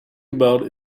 about